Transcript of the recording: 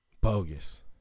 Bogus